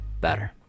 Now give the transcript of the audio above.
better